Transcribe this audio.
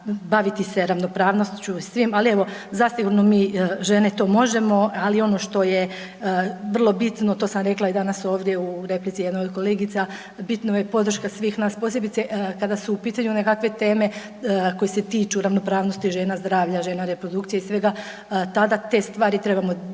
baviti se ravnopravnošću i svim, ali evo zasigurno mi žene to možemo. Ali ono što je vrlo bitno, to sam danas rekla ovdje u replici jednoj kolegici, bitna je podrška svih nas posebice kada su pitanju nekakve teme koje se tiču ravnopravnosti žena, zdravlja žena, reprodukcije i svega tada te stvari trebamo izdići